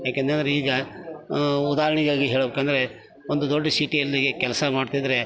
ಯಾಕೆಂತಂದ್ರೆ ಈಗ ಉದಾಹರಣೆಗಾಗಿ ಹೇಳಬೇಕಂದ್ರೆ ಒಂದು ದೊಡ್ಡ ಸಿಟಿಯಲ್ಲಿ ಕೆಲಸ ಮಾಡ್ತಿದ್ದರೆ